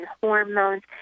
hormones